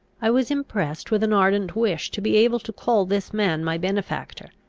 i was impressed with an ardent wish to be able to call this man my benefactor.